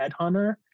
headhunter